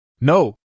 No